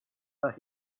but